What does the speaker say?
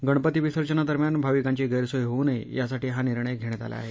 गणपती विसर्जनादरम्यान भाविकांची गस्त्रीय होऊ नये यासाठी हा निर्णय घेण्यात आला आहे